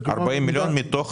40 מיליון מתוך